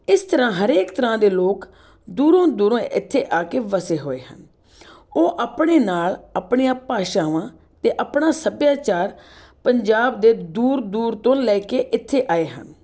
ਇਸ ਤਰ੍ਹਾਂ ਹਰੇਕ ਤਰ੍ਹਾਂ ਦੇ ਲੋਕ ਦੂਰੋਂ ਦੂਰੋਂ ਇੱਥੇ ਆ ਕੇ ਵਸੇ ਹੋਏ ਹਨ ਉਹ ਆਪਣੇ ਨਾਲ ਆਪਣੀਆਂ ਭਾਸ਼ਾਵਾਂ ਅਤੇ ਆਪਣਾ ਸੱਭਿਆਚਾਰ ਪੰਜਾਬ ਦੇ ਦੂਰ ਦੂਰ ਤੋਂ ਲੈ ਕੇ ਇੱਥੇ ਆਏ ਹਨ